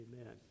Amen